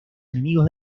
enemigos